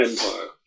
empire